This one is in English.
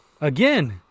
Again